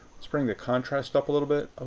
let's bring the contrast up a little. oh,